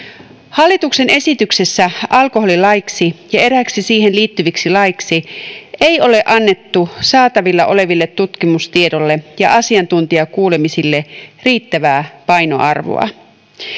hallituksen esityksessä alkoholilaiksi ja eräiksi siihen liittyviksi laeiksi ei ole annettu saatavilla oleville tutkimustiedoille ja asiantuntijakuulemisille riittävää painoarvoa